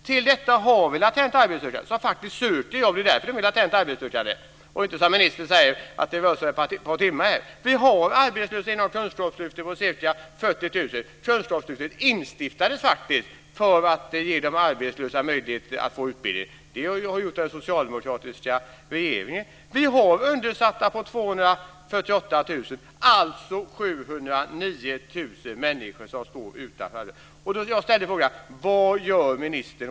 Till detta har vi latent arbetssökande, som faktiskt söker jobb, det är därför de är latent arbetssökande, och inte som ministern säger att det rör sig om ett par timmar här. Vi har arbetslösa inom Kunskapslyftet, ca 40 000. Kunskapslyftet instiftades faktiskt för att ge de arbetslösa möjlighet att få utbildning. Det har ju den socialdemokratiska regeringen gjort. Vi har undersysselsatta på 248 000. Alltså är det 709 000 människor som står utan arbete.